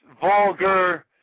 vulgar